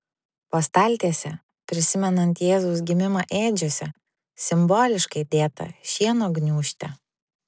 po staltiese prisimenant jėzaus gimimą ėdžiose simboliškai dėta šieno gniūžtė